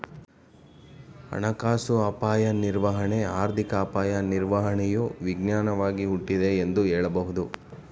ಹಣಕಾಸು ಅಪಾಯ ನಿರ್ವಹಣೆ ಆರ್ಥಿಕ ಅಪಾಯ ನಿರ್ವಹಣೆಯು ವಿಜ್ಞಾನವಾಗಿ ಹುಟ್ಟಿದೆ ಎಂದು ಹೇಳಬಹುದು